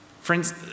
Friends